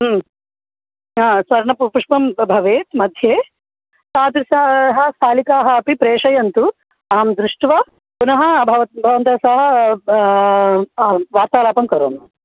हा स्वर्णप पुष्पं भवेत् मध्ये तादृशाः स्थालिकाः अपि प्रेषयन्तु अहं दृष्ट्वा पुनः भवत् भवन्तः सह आं वार्तालापं करोमि